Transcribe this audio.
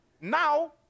Now